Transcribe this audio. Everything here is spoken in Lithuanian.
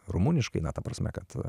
rumuniškai na ta prasme kad